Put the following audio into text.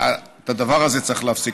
את הדבר הזה צריך להפסיק.